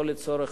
לא לצורך,